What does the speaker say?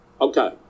Okay